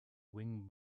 wing